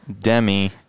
Demi